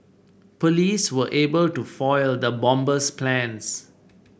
police were able to foil the bomber's plans